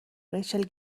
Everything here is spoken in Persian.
ریچل